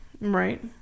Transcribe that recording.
Right